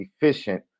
efficient